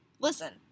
Listen